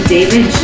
David